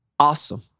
Awesome